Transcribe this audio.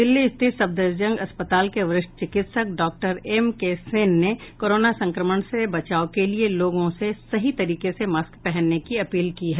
दिल्ली स्थित सफदरजंग अस्पताल के वरिष्ठ चिकित्सक डॉक्टर एम के सेन ने कोरोना संक्रमण से बचाव के लिये लोगों से सही तरीके से मास्क पहनने की अपील की है